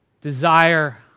desire